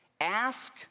Ask